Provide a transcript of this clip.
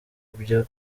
byo